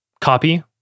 copy